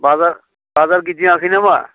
बाजार बाजार गिदिङाखै नामा